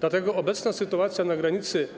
Dlatego obecna sytuacja na granicy